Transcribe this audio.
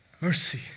Mercy